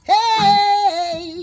Hey